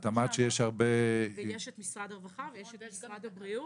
יש את משרד העבודה ואת משרד הבריאות.